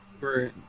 Right